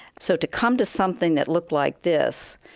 so to come to something that looked like this,